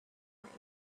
enter